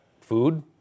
food